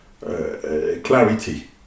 clarity